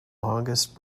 longest